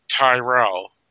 Tyrell